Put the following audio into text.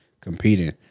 competing